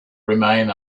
remain